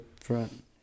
front